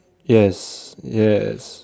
yes yes